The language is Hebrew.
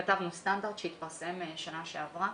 כתבנו סטנדרט שהתפרסם בשנה שעברה